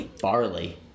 barley